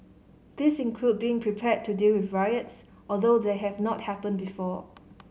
these include being prepared to deal with riots although they have not happened before